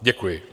Děkuji.